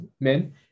men